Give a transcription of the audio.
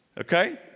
Okay